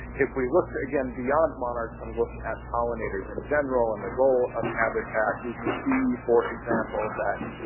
if we look, again, beyond monarchs and look at pollinators in general and the role of habitat, we can see, for example, that